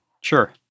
Sure